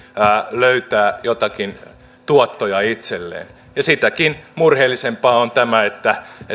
löytää joitakin tuottoja itselleen ja sitäkin murheellisempaa on tämä että